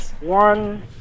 one